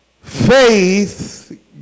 Faith